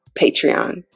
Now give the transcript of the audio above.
patreon